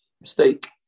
mistake